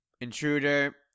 Intruder